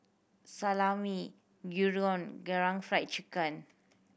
Salami Gyudon Karaage Fried Chicken